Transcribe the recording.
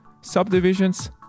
subdivisions